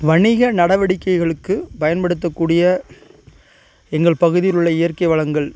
வணிக நடவடிக்கைகளுக்கு பயன்படுத்தக்கூடிய எங்கள் பகுதியில் உள்ள இயற்கை வளங்கள்